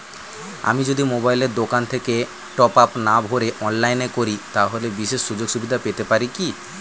আমি যদি মোবাইলের দোকান থেকে টপআপ না ভরে অনলাইনে করি তাহলে বিশেষ সুযোগসুবিধা পেতে পারি কি?